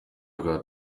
rwa